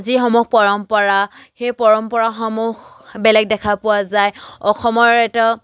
যিসমূহ পৰম্পৰা সেই পৰম্পৰামূহ বেলেগ দেখা পোৱা যায় অসমৰ এটা